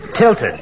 Tilted